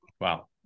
Wow